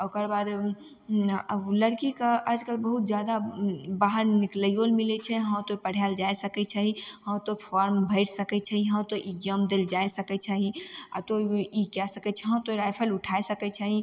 ओकरबाद जेना लड़कीके आजकल बहुत जादा बाहर निकलैयो लेल मिलय छै हँ तोँ पढ़ायल जायल सकय छही हँ तोँ फॉर्म भरि सकय छही हँ तोँ एक्जाम देलियै जाइ सकय छही हँ तोँ ई कए सकय छौँ तोँ राइफल उठाय सकय छही